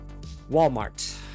Walmart